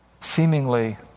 seemingly